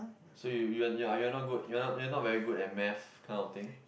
so you you you are you are not good you are you are not very good at Maths kind of thing